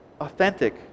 authentic